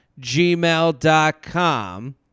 gmail.com